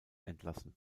entlassen